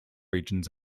regions